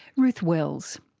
ruth wells.